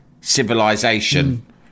civilization